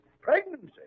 Pregnancy